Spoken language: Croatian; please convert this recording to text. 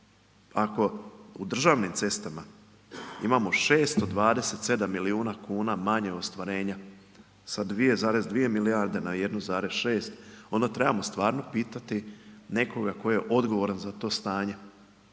Ako u državnim cestama imamo 627 milijuna kuna manje ostvarenja sa 2,2 milijarde, na 1,6, onda trebamo stvarno pitati nekoga tko je odgovoran za to stanje.